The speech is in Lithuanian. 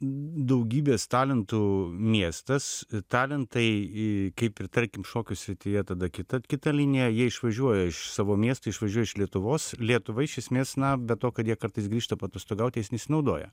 daugybės talentų miestas talentai į kaip ir tarkim šokių srityje tada kita kita linija jie išvažiuoja iš savo miesto išvažiuoja iš lietuvos lietuva iš esmės na be to kad jie kartais grįžta paatostogauti jais nesinaudoja